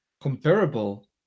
comparable